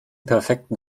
perfekten